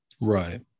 Right